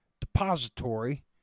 depository